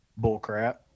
bullcrap